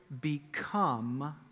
become